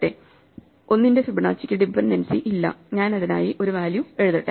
1 ന്റെ ഫിബൊനാച്ചിക്ക് ഡിപെൻഡൻസി ഇല്ല ഞാൻ അതിനായി ഒരു വാല്യൂ എഴുതട്ടെ